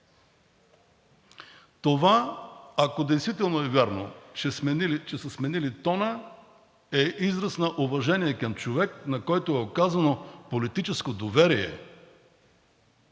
Това, ако действително е вярно, че са сменили тона, е израз на уважение към човек, на когото е оказано политическо доверие,